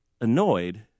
annoyed